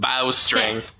Bowstring